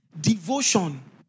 devotion